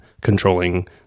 controlling